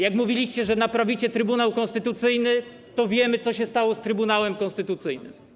Jak mówiliście, że naprawicie Trybunał Konstytucyjny, to wiemy, co się stało z Trybunałem Konstytucyjnym.